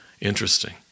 interesting